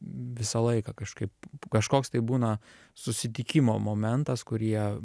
visą laiką kažkaip kažkoks tai būna susitikimo momentas kurie